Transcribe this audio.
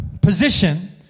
position